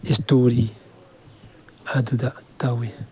story ꯑꯗꯨꯗ ꯇꯧꯏ